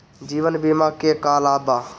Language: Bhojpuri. जीवन बीमा के का लाभ बा?